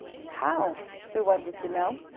how? sue wanted to know.